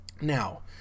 Now